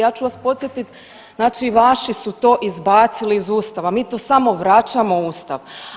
Ja ću vas podsjetit znači vaši su to izbacili iz ustava, mi to samo vraćamo u ustav.